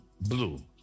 blue